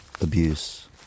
abuse